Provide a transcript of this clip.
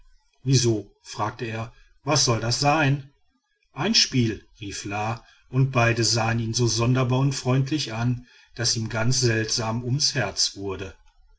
wieso fragte er was soll das sein ein spiel rief la und beide sahen ihn so sonderbar und freundlich an daß ihm ganz seltsam ums herz wurde